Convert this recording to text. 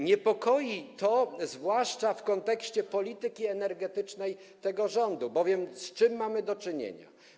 Niepokoi to zwłaszcza w kontekście polityki energetycznej tego rządu, albowiem z czym mamy do czynienia?